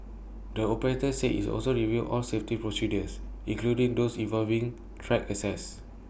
the operator said it's also review all safety procedures including those involving track access